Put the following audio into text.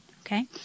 okay